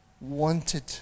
wanted